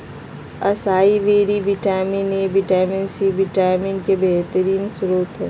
असाई बैरी vitamin A, vitamin C, और vitamin E के बेहतरीन स्त्रोत हई